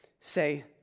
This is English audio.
say